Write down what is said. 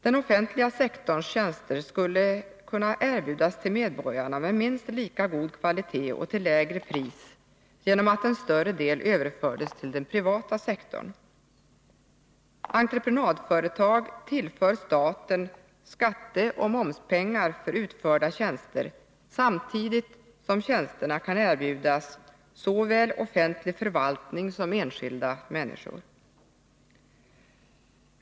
Den offentliga sektorns tjänster skulle kunna erbjudas till medborgarna med minst lika god kvalitet och till lägre pris genom att en större del överfördes till den privata sektorn. Entreprenadföretag tillför staten skatteoch momspengar för utförda tjänster, samtidigt som tjänsterna kan erbjudas såväl offentlig förvaltning som enskilda människor.